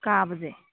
ꯀꯥꯕꯁꯦ